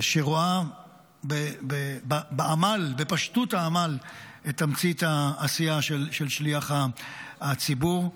שרואה בפשטות העמל את תמצית העשייה של שליח הציבור.